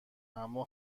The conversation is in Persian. اما